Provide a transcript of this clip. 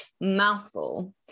mouthful